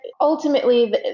ultimately